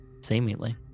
seemingly